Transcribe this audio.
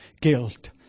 guilt